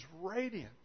radiant